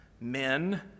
men